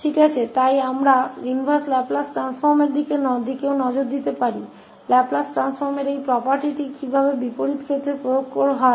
ठीक है इसलिए हम इनवर्स लेपलेस ट्रांसफ़ॉर्म को भी देख सकते हैं इनवर्स केस के लिए लाप्लास ट्रांसफ़ॉर्म की इस property को कैसे लागू किया जाए